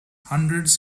hundreds